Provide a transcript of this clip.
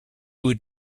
would